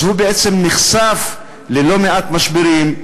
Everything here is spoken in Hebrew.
אז הוא בעצם נחשף ללא מעט משברים,